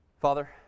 Father